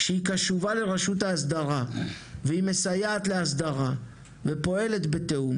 שהיא קשובה לרשות ההסדרה והיא מסייעת להסדרה ופועלת בתיאום